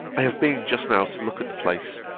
i have been just now to look at the place,